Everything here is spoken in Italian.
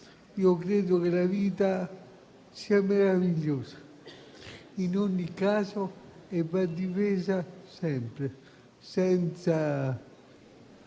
e penso che la vita sia meravigliosa in ogni caso e vada difesa sempre, senza